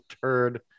turd